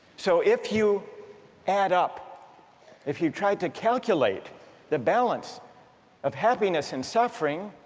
so if you add up if you tried to calculate the balance of happiness and suffering